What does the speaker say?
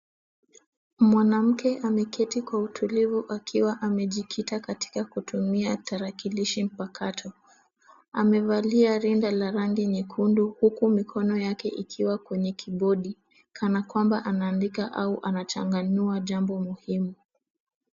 Mwanamke ameketi kwa utulivu akiwa amejikita katika kutumia tarakilishi mpakato, amevalia rinda la rangi nyekundu huku mikono yake ikiwa kwenye kibodi kana kwamba anaandika au anachanganua jambo muhimu .